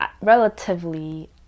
relatively